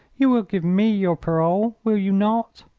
you will give me your parole, will you not?